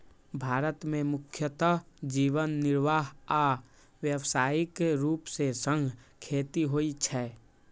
भारत मे मुख्यतः जीवन निर्वाह आ व्यावसायिक रूप सं खेती होइ छै